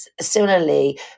similarly